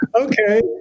okay